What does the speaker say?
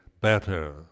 better